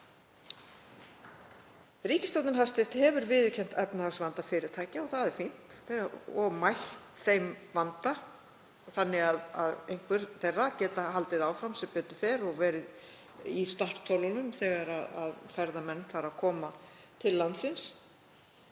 ríkisstjórn hefur viðurkennt efnahagsvanda fyrirtækja, og það er fínt, og mætt þeim vanda þannig að einhver þeirra geti haldið áfram, sem betur fer, og verið í startholunum þegar ferðamenn fara að koma til landsins.